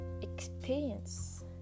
experience